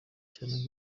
cyane